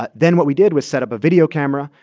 but then what we did was set up a video camera,